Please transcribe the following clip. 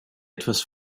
etwas